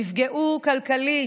נפגעו כלכלית.